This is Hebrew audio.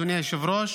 אדוני היושב-ראש,